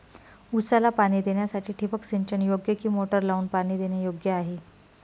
ऊसाला पाणी देण्यासाठी ठिबक सिंचन योग्य कि मोटर लावून पाणी देणे योग्य आहे?